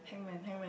hangman hangman